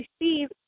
receive